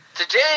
Today